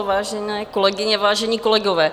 Vážené kolegyně, vážení kolegové.